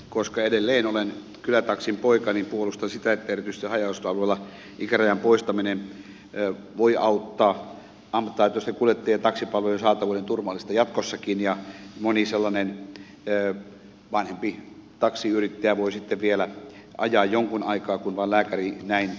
koska edelleen olen kylätaksin poika niin puolustan sitä että erityisesti haja asutusalueella ikärajan poistaminen voi auttaa ammattitaitoisten kuljettajien taksipalvelujen saatavuuden turvaamista jatkossakin ja moni vanhempi taksiyrittäjä voi sitten vielä ajaa jonkin aikaa kun vain lääkäri näin suo